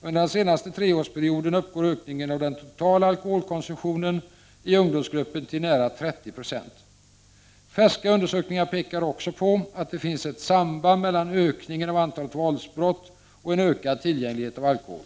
Under den senaste treårsperioden uppgår ökningen av den totala alkoholkonsumtionen i ungdomsgruppen till nära 30 90. Färska undersökningar pekar också på att det finns ett samband mellan ökningen av antalet våldsbrott och en ökad tillgänglighet av alkohol.